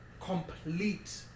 Complete